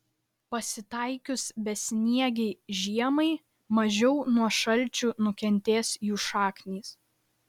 pasitaikius besniegei žiemai mažiau nuo šalčių nukentės jų šaknys